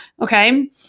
Okay